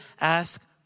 ask